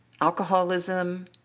alcoholism